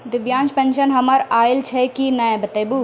दिव्यांग पेंशन हमर आयल छै कि नैय बताबू?